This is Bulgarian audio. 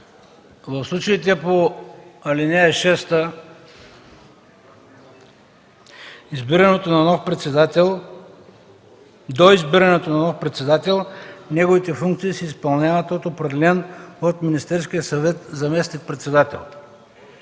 В случаите по ал. 6 до избирането на нов председател неговите функции се изпълняват от определен от Министерския съвет заместник-председател.”